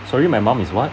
sorry my mum is what